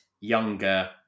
younger